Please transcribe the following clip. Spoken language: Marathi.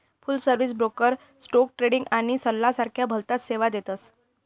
फुल सर्विस ब्रोकर स्टोक ट्रेडिंग आणि सल्ला सारख्या भलताच सेवा देतस